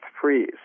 freeze